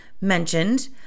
mentioned